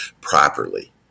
properly